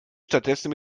stattdessen